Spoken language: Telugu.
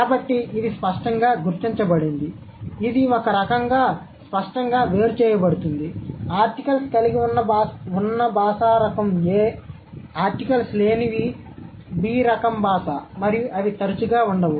కాబట్టి ఇది స్పష్టంగా గుర్తించబడింది ఇది ఒక రకంగా స్పష్టంగా వేరు చేయబడుతుంది ఆర్టికల్స్ కలిగి ఉన్న భాషా రకం A ఆర్టికల్స్ లేనివి B రకం భాష మరియు అవి తరచుగా ఉండవు